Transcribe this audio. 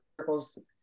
circles